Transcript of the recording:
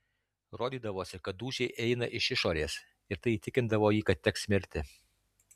rodydavosi kad dūžiai eina iš išorės ir tai įtikindavo jį kad teks mirti